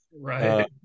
Right